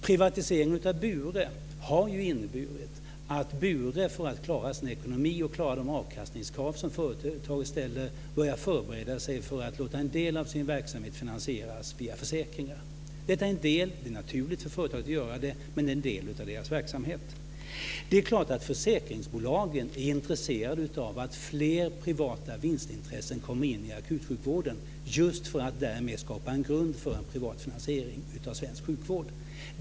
Privatiseringen av Bure har inneburit att Bure för att klara sin ekonomi och klara de avkastningskrav som företaget ställer börjat förbereda sig för att låta en del av sin verksamhet finansieras via försäkringar. Det är naturligt för företaget att göra det, det är en del av deras verksamhet. Det är klart att försäkringsbolagen är intresserade av att fler privata vinstintressen kommer in i akutsjukvården just för att därmed skapa en grund för en privat finansiering av svensk sjukvård.